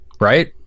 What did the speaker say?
Right